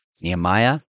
Nehemiah